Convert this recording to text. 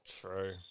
true